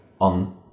on